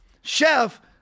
chef